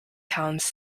towns